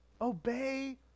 Obey